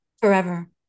forever